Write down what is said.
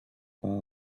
bar